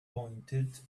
pointed